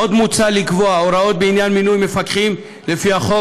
עוד מוצע לקבוע הוראות בעניין מינוי מפקחים לפי החוק,